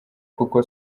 kuko